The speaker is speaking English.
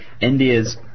India's